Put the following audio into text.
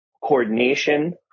coordination